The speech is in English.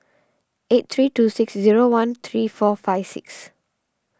eight three two six zero one three four five six